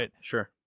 sure